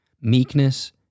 meekness